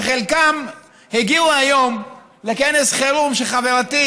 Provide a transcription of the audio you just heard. וחלקם הגיעו היום לכנס חירום שחברתי